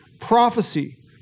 prophecy